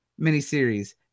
miniseries